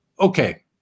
Okay